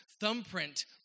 thumbprint